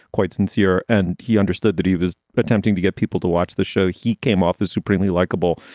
quite sincere. and he understood that he was attempting to get people to watch the show. he came off as supremely likeable.